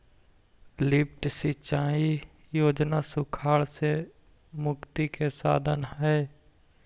lift सिंचाई योजना सुखाड़ से मुक्ति के साधन हई